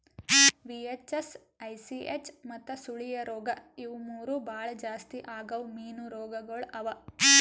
VHS, ICH ಮತ್ತ ಸುಳಿಯ ರೋಗ ಇವು ಮೂರು ಭಾಳ ಜಾಸ್ತಿ ಆಗವ್ ಮೀನು ರೋಗಗೊಳ್ ಅವಾ